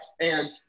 And-